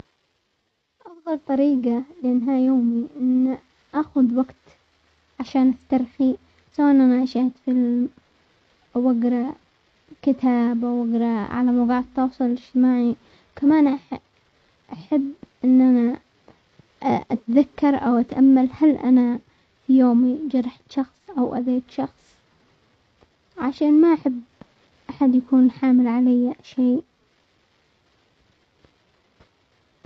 افضل طريقة لانهاء يومي اني اخذ وقت عشان استرخي، سواء ان انا شاهدت فيلم او اقرا كتاب او اقرا على مواقع التواصل الاجتماعي، كمان احب ان انا اتذكر هل انا في يومي جرحت شخص او اذيت شخص؟ عشان ما احب احد يكون حامل علي شيء.